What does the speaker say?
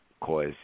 cause